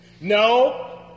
No